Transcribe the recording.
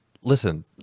Listen